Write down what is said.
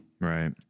Right